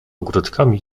ogródkami